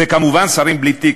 וכמובן שרים בלי תיק,